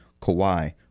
Kawhi